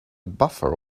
buffer